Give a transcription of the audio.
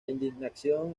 indignación